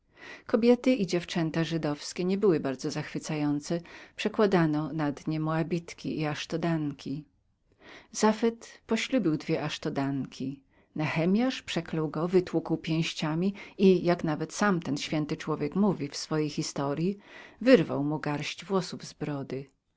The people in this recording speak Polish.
kobiety i dziewczęta żydowskie nie były bardzo zachwycającemi przekładano nad nie moabitki i aszodanki zafad zaślubił dwie aszodanki nehemias przeklął go wytłukł pięściami i jak nawet sam ten święty człowiek mówi w swojej historyi wyrwał mu garść włosów z brody